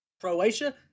Croatia